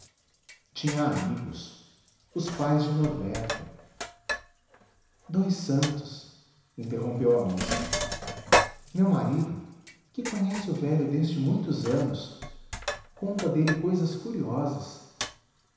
tinha amigos os pais de norberto dous santos interrompeu a moça meu marido que conhece o velho desde muitos anos conta dele cousas curiosas